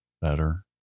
better